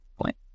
point